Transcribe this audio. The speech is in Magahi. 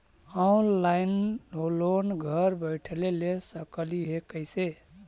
ऑनलाइन लोन घर बैठे ले सकली हे, कैसे?